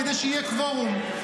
כדי שיהיה קוורום.